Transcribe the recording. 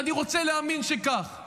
אני רוצה להאמין שכך.